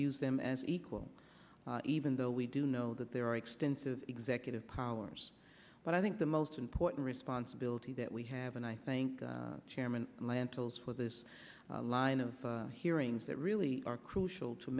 views them as equal even though we do know that there are extensive executive powers but i think the most important responsibility that we have and i think chairman lantos was this line of hearings that really are crucial to